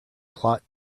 plot